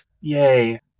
Yay